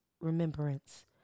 remembrance